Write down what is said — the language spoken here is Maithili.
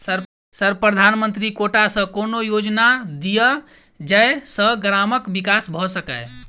सर प्रधानमंत्री कोटा सऽ कोनो योजना दिय जै सऽ ग्रामक विकास भऽ सकै?